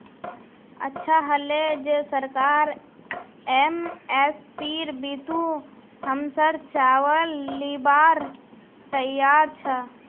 अच्छा हले जे सरकार एम.एस.पीर बितु हमसर चावल लीबार तैयार छ